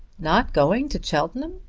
not going to cheltenham!